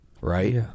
Right